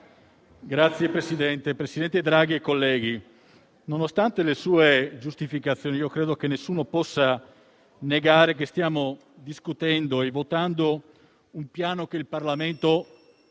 Signor Presidente, presidente Draghi, colleghi, nonostante le sue giustificazioni, io credo che nessuno possa negare che stiamo discutendo e votando un Piano che il Parlamento